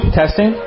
testing